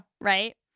Right